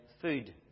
food